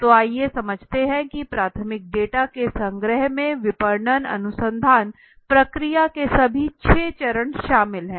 तो आइए समझते हैं कि प्राथमिक डेटा के संग्रह में विपणन अनुसंधान प्रक्रिया के सभी छह चरण शामिल हैं